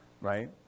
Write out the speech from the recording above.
right